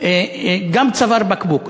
גם צוואר בקבוק.